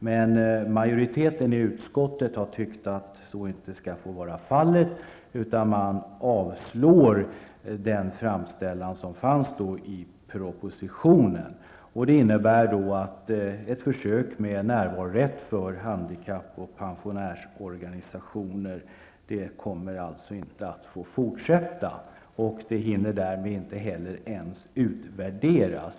Men majoriteten i utskottet har inte tyckt detta och avstyrker den framställan som fanns i propositionen. Det innebär att ett försök med närvarorätt för handikapp och pensionärsorganisationer inte kommer att få fortsätta. Det hinner därmed inte heller ens utvärderas.